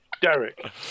Derek